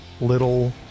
little